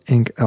Ink